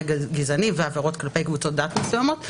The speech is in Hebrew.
גזעני ועבירות כלפי קבוצות דת מסוימות.